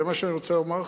זה מה שאני רוצה לומר לכם.